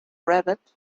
rabbit